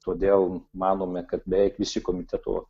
todėl manome kad beveik visi komiteto